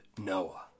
Noah